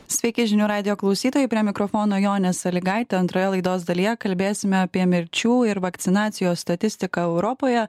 sveiki žinių radijo klausytojai prie mikrofono jonė salygaitė antroje laidos dalyje kalbėsime apie mirčių ir vakcinacijos statistiką europoje